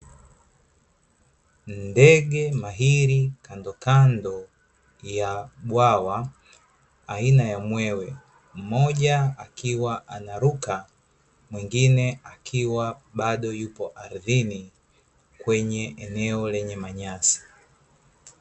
Ndege mahiri kandokando ya bwawa aina ya mwewe, mmoja akiwa anaruka, mwingine akiwa bado yupo ardhini kwenye eneo lenye manyasi.